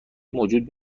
موجود